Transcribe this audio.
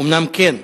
אומנם כן,